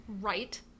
right